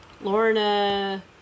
lorna